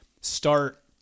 start